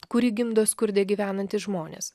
kurį gimdo skurde gyvenantys žmonės